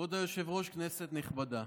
כבוד היושב-ראש, כנסת נכבדה,